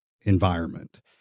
environment